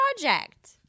project